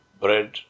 bread